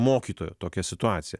mokytojo tokia situacija